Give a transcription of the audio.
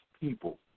people